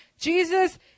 Jesus